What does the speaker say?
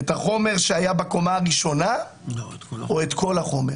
את החומר שהיה בקומה הראשונה או את כל החומר?